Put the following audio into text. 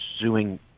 suing